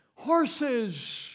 Horses